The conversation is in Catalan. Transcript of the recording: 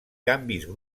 canvis